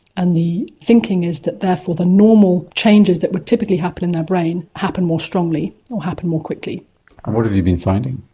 and the thinking is that therefore the normal changes that would typically happen in their brain will happen more strongly, will happen more quickly. and what have you been finding?